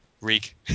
Reek